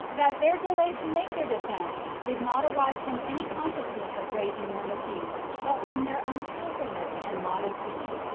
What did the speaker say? that their delay to make their defense did not arise from any consciousness of great enormities, but from their unskilfulness and modesty.